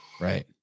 Right